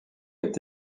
est